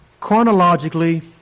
Chronologically